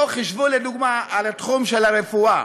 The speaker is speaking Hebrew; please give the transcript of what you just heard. חשבו, לדוגמה, על תחום הרפואה.